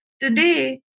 Today